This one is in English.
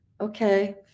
okay